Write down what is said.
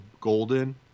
golden